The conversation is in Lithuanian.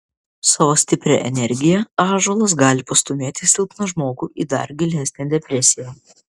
savo stipria energija ąžuolas gali pastūmėti silpną žmogų į dar gilesnę depresiją